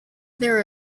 their